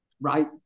right